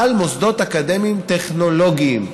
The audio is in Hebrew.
על מוסדות אקדמיים טכנולוגיים.